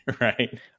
right